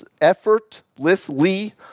effortlessly